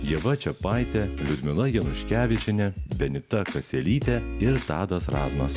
ieva čiapaitė liudmila januškevičienė benita kaselytė ir tadas razmas